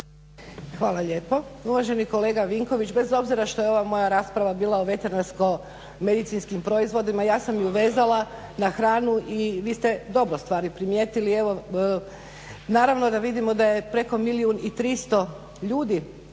Hvala lijepo. Uvaženi kolega Vinković bez obzira što je ova moja rasprava bila o veterinarsko-medicinskim proizvodima ja sam ju vezala na hranu i vi ste dobro stvari primijetili. Evo naravno da vidimo da je preko milijun i 300 ljudi